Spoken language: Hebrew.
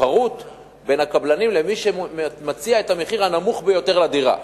לתחרות בין הקבלנים למי שמציע את המחיר הנמוך ביותר לדירה.